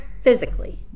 physically